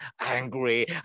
angry